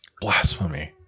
Blasphemy